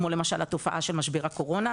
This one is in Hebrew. כמו למשל התופעה של משבר הקורונה,